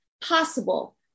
possible